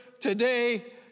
today